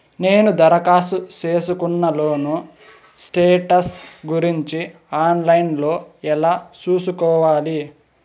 నేను దరఖాస్తు సేసుకున్న లోను స్టేటస్ గురించి ఆన్ లైను లో ఎలా సూసుకోవాలి?